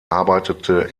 arbeitete